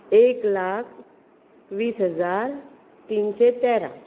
एक लाख वीस हजार तीनशें तेरा